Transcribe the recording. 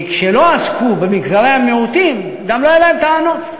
כי כשלא עסקו במגזרי המיעוטים גם לא היו להם טענות,